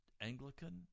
Anglican